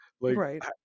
Right